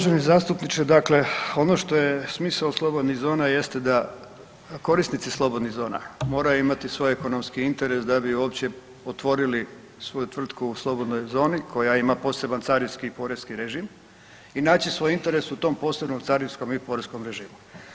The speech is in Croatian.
Uvaženi zastupniče dakle ono što je smisao slobodnih zona jeste da korisnici slobodnih zona moraju imati svoj ekonomski interes da bi uopće otvorili svoju tvrtku u slobodnoj zoni koja ima poseban carinski i poreski režim i naći svoj interes u tom posebnom carinskom i poreskom režimu.